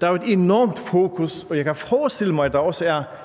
Der er jo et enormt fokus, og jeg kan forestille mig, at der også er